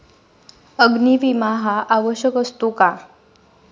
अग्नी विमा हा आवश्यक असतो का?